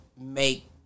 make